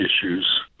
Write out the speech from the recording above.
issues